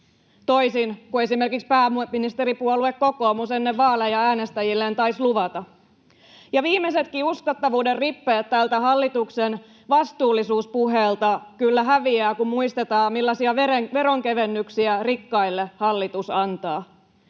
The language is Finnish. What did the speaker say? toisin kuin esimerkiksi pääministeripuolue kokoomus ennen vaaleja äänestäjilleen taisi luvata. Ja viimeisetkin uskottavuuden rippeet tältä hallituksen vastuullisuuspuheelta kyllä häviävät, kun muistetaan, millaisia veronkevennyksiä rikkaille hallitus antaa.